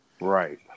right